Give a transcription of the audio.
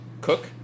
cook